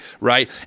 right